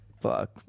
Fuck